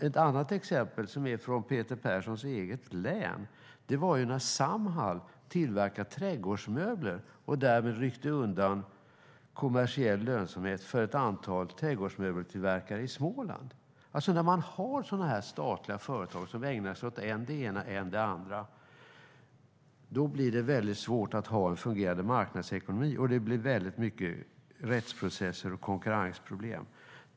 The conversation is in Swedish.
Ett annat exempel, från Peter Perssons hemlän, är Samhall som tillverkade trädgårdsmöbler och därmed ryckte undan den kommersiella lönsamheten för ett antal trädgårdsmöbeltillverkare i Småland. När man har statliga företag som ägnar sig åt än det ena, än det andra blir det svårt att ha en fungerande marknadsekonomi. Det blir många rättsprocesser och konkurrensproblem.